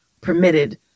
permitted